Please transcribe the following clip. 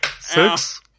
Six